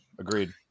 Agreed